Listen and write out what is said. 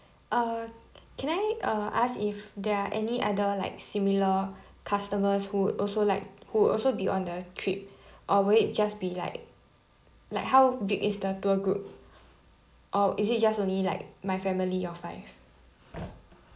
uh can I uh ask if there are any other like similar customers who would also like who would also be on the trip or will it just be like like how big is the tour group or is it just only like my family of five